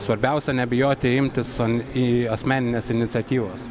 svarbiausia nebijoti imtis an į asmeninės iniciatyvos